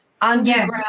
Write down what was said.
underground